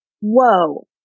whoa